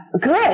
Good